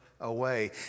away